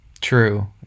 True